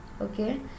okay